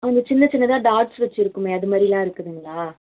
அந்த சின்ன சின்னதாக டாட்ஸ் வச்சு இருக்குமே அது மாதிரி எல்லாம் இருக்குதுங்களா